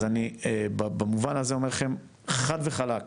אז אני במובן הזה אומר לכם, חד וחלק,